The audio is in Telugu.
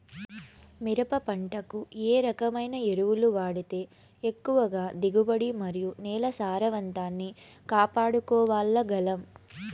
మిరప పంట కు ఏ రకమైన ఎరువులు వాడితే ఎక్కువగా దిగుబడి మరియు నేల సారవంతాన్ని కాపాడుకోవాల్ల గలం?